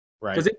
Right